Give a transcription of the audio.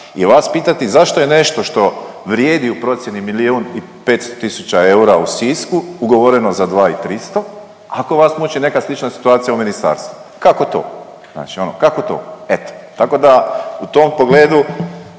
i vas pitati zašto je nešto što vrijedi u procjeni milijun i 500 tisuća eura u Sisku ugovoreno za 2 i 300 ako vas muči neka slična situacija u ministarstvu, kako to, znači ono kako to, eto, tako da u tom pogledu